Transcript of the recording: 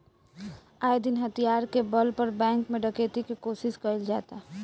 आये दिन हथियार के बल पर बैंक में डकैती के कोशिश कईल जाता